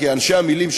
כי אנשי המילים,